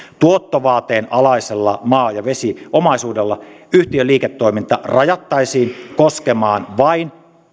tuottovaateen alaisella maa ja vesiomaisuudella yhtiön liiketoiminta rajattaisiin koskemaan vain